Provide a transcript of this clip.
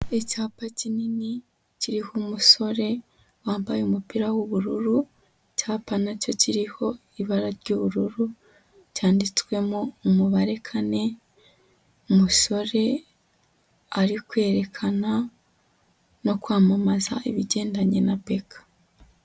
Icyapa kinini kiriho umusore wambaye umupira w'ubururu icyapa nacyo kiriho ibara ry'ubururu cyanditswemo umubare kane umusore ari kwerekana no kwamamaza ibigendanye na BK.